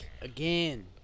again